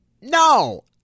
No